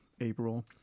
April